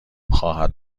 خواهد